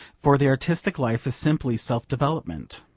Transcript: for the artistic life is simply self-development.